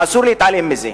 ואסור להתעלם מזה.